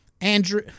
Andrew